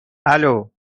الو